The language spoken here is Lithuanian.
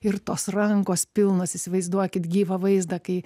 ir tos rankos pilnos įsivaizduokit gyvą vaizdą kai